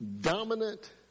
dominant